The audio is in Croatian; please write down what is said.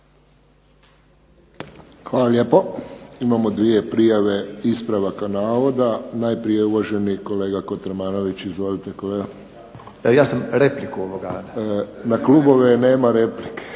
Hvala lijepo. Imamo dvije prijave ispravaka navoda. Najprije uvaženi kolega Kotromanović. Izvolite kolega. **Kotromanović, Ante (SDP)** Ja sam repliku.